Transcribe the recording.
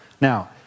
Now